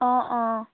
অঁ অঁ